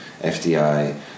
FDI